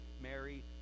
Mary